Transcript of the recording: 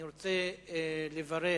אני רוצה לברך